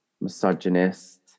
misogynist